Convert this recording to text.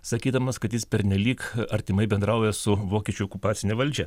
sakydamas kad jis pernelyg artimai bendrauja su vokiečių okupacine valdžia